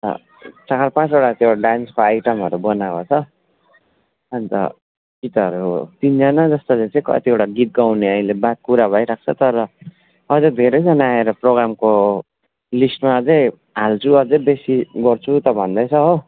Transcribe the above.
चार पाँचवटा त्यो डान्सको आइटमहरू बनाएको छ अन्त गीतहरू तिनजना जस्तोले चाहिँ कतिवटा गीत गाउने अहिले वा कुरा भइरहेको छ तर अझ धेरैजना आएर प्रोग्रामको लिस्टमा चाहिँ हाल्छु अझ बेसी गर्छु त भन्दैछ हो